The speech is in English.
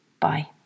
Bye